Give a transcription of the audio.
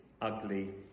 ugly